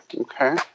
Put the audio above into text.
Okay